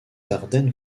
ardennes